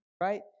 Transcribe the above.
right